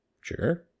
Sure